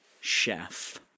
chef